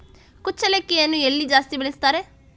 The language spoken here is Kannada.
ಕುಚ್ಚಲಕ್ಕಿಯನ್ನು ಎಲ್ಲಿ ಜಾಸ್ತಿ ಬೆಳೆಸ್ತಾರೆ?